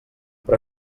però